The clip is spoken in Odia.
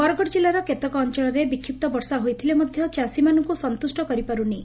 ବରଗଡ଼ ଜିଲ୍ଲାର କେତେକ ଅଞଳରେ ବିକ୍ଷିପ୍ତ ବର୍ଷା ହୋଇଥିଲେ ମଧ୍ୟ ଚାଷୀମାନଙ୍ଙ୍ ସନ୍ତୁଷ କରିପାରୁନି